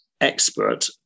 expert